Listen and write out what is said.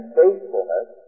faithfulness